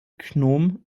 gnom